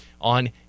on